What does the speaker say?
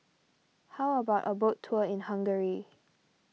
how about a boat tour in Hungary